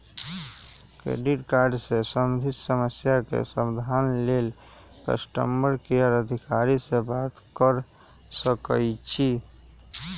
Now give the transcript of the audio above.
credit card से संबंधित समस्या के समाधान लेल कस्टमर केयर अधिकारी से बात कर सकइछि